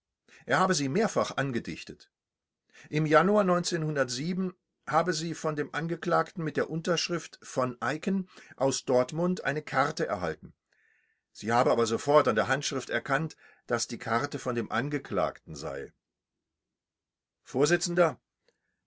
er habe sie mehrfach angedichtet im januar habe sie von dem angeklagten mit der unterschrift v eicken aus dortmund eine karte erhalten sie habe aber sofort an der handschrift erkannt daß die karte von dem angeklagten sei